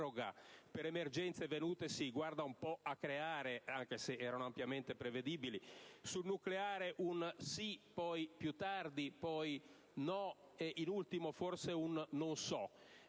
per emergenze venutesi, guarda caso, a creare, anche se erano ampiamente prevedibili. Sul nucleare un sì, poi un più tardi, poi un no e da ultimo, forse, un non so.